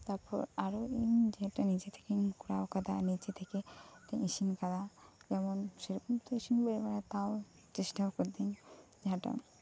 ᱛᱟ ᱯᱚᱨ ᱟᱨᱚ ᱤᱧ ᱡᱮᱦᱮᱛᱩ ᱱᱤᱡᱮ ᱛᱷᱮᱠᱮᱧ ᱠᱚᱨᱟᱣ ᱟᱠᱟᱫᱟ ᱱᱤᱡᱮ ᱛᱷᱮᱠᱮᱧ ᱤᱥᱤᱱ ᱟᱠᱟᱫᱟ ᱡᱮᱢᱚᱱ ᱥᱮ ᱨᱚᱠᱚᱢ ᱛᱚ ᱤᱥᱤᱱ ᱵᱟᱹᱧ ᱵᱟᱲᱟᱭᱟ ᱛᱟᱣ ᱪᱮᱥᱴᱟᱣ ᱟᱠᱟᱫᱟᱹᱧ ᱡᱟᱦᱟᱸᱴᱟᱜ